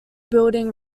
building